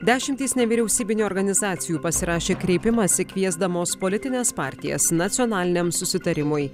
dešimtys nevyriausybinių organizacijų pasirašė kreipimąsi kviesdamos politines partijas nacionaliniam susitarimui